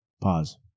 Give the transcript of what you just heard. pause